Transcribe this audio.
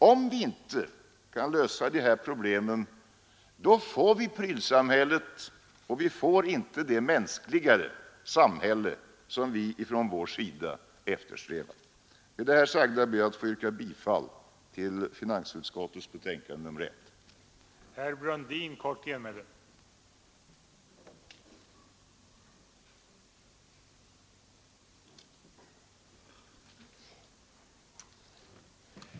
Om vi inte kan lösa de här problemen, får vi prylsamhället och inte det mänskligare samhälle som vi från vår sida eftersträvar. Med det sagda ber jag att få yrka bifall till finansutskottets hemställan i betänkandet nr 1.